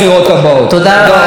תודה רבה לחבר הכנסת עמר בר-לב.